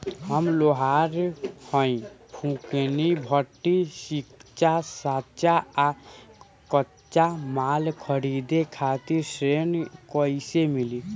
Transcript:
हम लोहार हईं फूंकनी भट्ठी सिंकचा सांचा आ कच्चा माल खरीदे खातिर ऋण कइसे मिली?